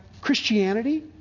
Christianity